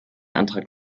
antrag